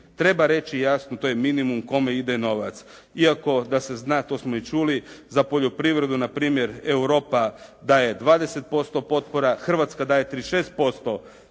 treba reći jasno to je minimum kome ide novac. Iako, da se zna, to smo i čuli, za poljoprivredu npr. Europa daje 20% potpora, Hrvatska daje 36%